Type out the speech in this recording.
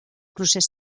procés